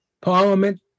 Parliament